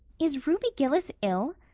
is ruby gillis ill?